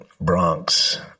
Bronx